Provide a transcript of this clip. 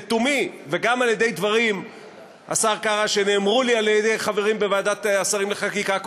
ולתומי גם על-ידי דברים שנאמרו לי על-ידי חברים בוועדת השרים לחקיקה,